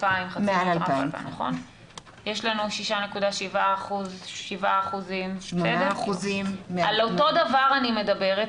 2,000 --- מעל 2,000. יש לנו 6.7%. 8%. על אותו דבר אני מדברת,